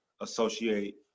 associate